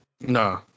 No